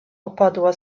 opadła